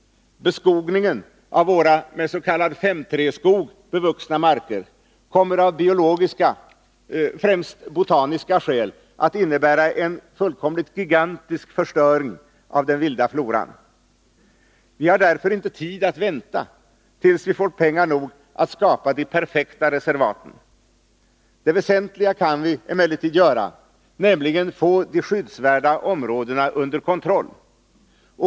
Beskogning av våra med s.k. 5:3-skog bevuxna marker kommer av biologiska och främst botaniska skäl att innebära en gigantisk förstöring av den vilda floran. Vi har därför inte tid att vänta tills vi får pengar nog att skapa de perfekta reservaten. Det väsentliga kan man emellertid göra, nämligen få de skyddsvärda områdena under kontroll.